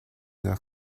leur